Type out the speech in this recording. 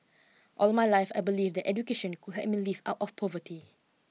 all my life I believed that education could help me lift out of poverty